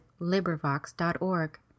LibriVox.org